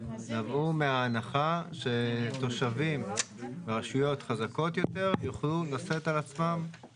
נבעו מההנחה שתושבים ברשויות חזקות יותר יוכלו לשאת על עצמם